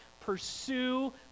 pursue